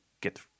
get